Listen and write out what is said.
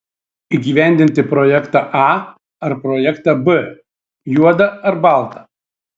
įgyvendinti projektą a ar projektą b juoda ar balta